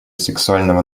сексуального